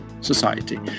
society